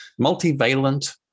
multivalent